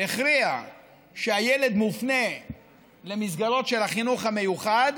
הכריעה שהילד מופנה למסגרות של החינוך המיוחד,